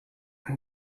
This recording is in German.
wenn